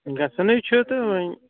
گَژھن ہے چھُ تہٕ وۅنۍ